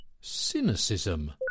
Cynicism